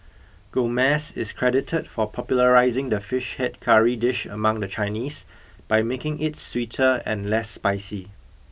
Gomez is credited for popularising the Fish Head Curry dish among the Chinese by making it sweeter and less spicy